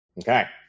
Okay